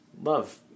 love